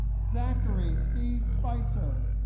zachary c. spicer